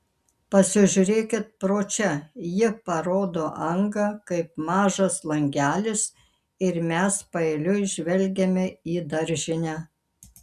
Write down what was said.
pasižiūrėkit pro čia ji parodo angą kaip mažas langelis ir mes paeiliui žvelgiame į daržinę